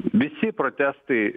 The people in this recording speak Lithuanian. visi protestai